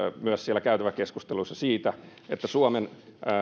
myös käytäväkeskusteluissa että suomen